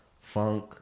funk